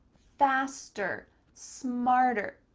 faster, smarter.